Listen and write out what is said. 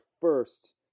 first